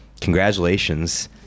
congratulations